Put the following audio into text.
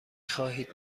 خواهید